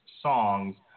songs